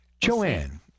Joanne